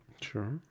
Sure